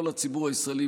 לא לציבור הישראלי,